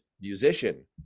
musician